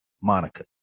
Monica